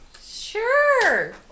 Sure